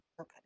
Okay